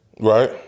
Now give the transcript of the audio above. Right